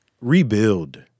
Rebuild